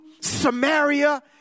Samaria